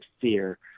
fear